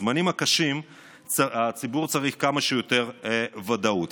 בזמנים קשים הציבור צריך כמה שיותר ודאות,